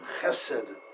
Chesed